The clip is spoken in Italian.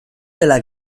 della